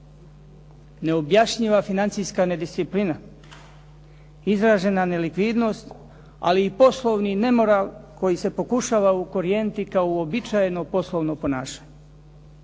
Neobjašnjiva financijska disciplina, izražena nelikvidnost, ali i poslovni nemoral koji se pokušava ukorijeniti kao uobičajeno poslovno ponašanje.